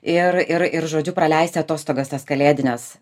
ir ir ir žodžiu praleisti atostogas tas kalėdines